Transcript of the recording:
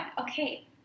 Okay